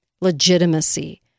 legitimacy